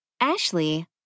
Ashley